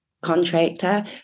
contractor